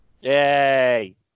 yay